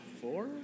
four